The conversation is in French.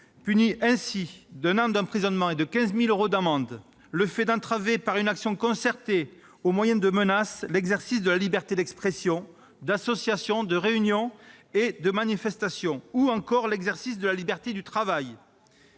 punit ainsi d'un an d'emprisonnement et de 15 000 euros d'amende le fait d'entraver, par une action concertée et au moyen de menaces, l'exercice de la liberté d'expression, d'association, de réunion et de manifestation ou encore de la liberté du travail.